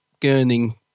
gurning